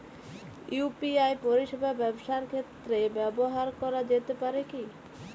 UPI পরিষেবা ব্যবসার ক্ষেত্রে ব্যবহার করা যেতে পারে কি?